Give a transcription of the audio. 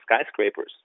skyscrapers